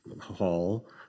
hall